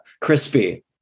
crispy